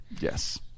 Yes